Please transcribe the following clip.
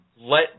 Let